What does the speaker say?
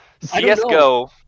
CSGO